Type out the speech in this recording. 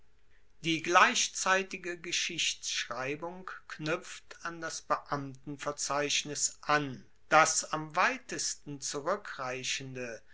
die gleichzeitige geschichtschreibung knuepft an das beamtenverzeichnis an das am weitesten zurueckreichende